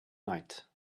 night